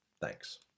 Thanks